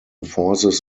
forces